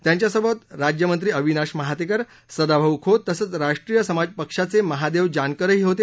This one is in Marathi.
त्यांच्यासोबत राज्यमंत्री अविनाश महातेकर सदाभाऊ खोत तसंच राष्ट्रीय समाज पक्षाचे महादेव जानकरही होते